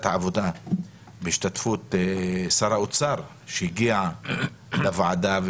העבודה בהשתתפות שר האוצר שהגיע לוועדה.